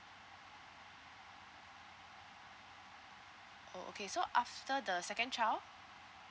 oh okay so after the second child